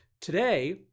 today